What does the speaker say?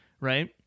right